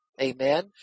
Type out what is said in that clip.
Amen